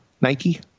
Nike